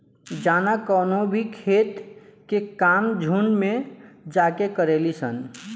जाना कवनो भी खेत के काम झुंड में जाके करेली सन